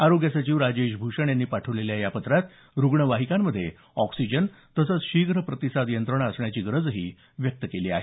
आरोग्य सचिव राजेश भूषण यांनी पाठवलेल्या या पत्रात रुग्णवाहिकांमध्ये ऑक्सिजन तसंच शीघ्र प्रतिसाद यंत्रणा असण्याची गरजही व्यक्त केली आहे